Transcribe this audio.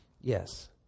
yes